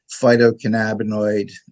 phytocannabinoid